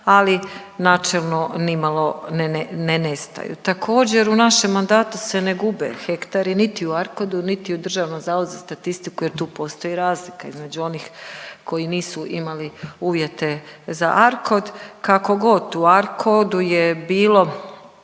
ali načelno nimalo ne nestaju. Također u našem mandatu se ne gube hektari niti u Arcodu, niti u DZS-u jer tu postoji razlika između onih koji nisu imali uvjete za Arcod. Kakogod u Arcodu je bilo